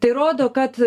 tai rodo kad